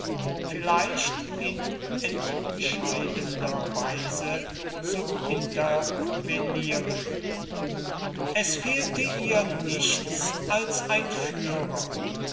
vielleicht in entscheidender weise zu intervenieren es fehlte ihr nichts als ein führer